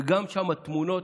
וגם שם, התמונות,